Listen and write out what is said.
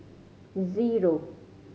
zero